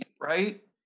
right